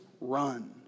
run